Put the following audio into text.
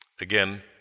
Again